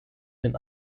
den